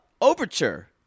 overture